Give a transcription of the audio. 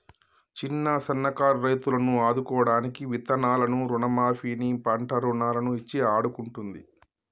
చిన్న సన్న కారు రైతులను ఆదుకోడానికి విత్తనాలను రుణ మాఫీ ని, పంట రుణాలను ఇచ్చి ఆడుకుంటుంది